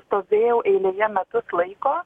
stovėjau eilėje metus laiko